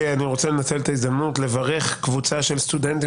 אני רוצה לנצל את ההזדמנות ולברך קבוצה של סטודנטים